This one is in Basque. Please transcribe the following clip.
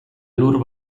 lur